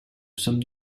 some